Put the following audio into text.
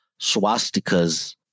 swastikas